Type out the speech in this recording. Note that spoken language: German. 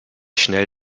schnell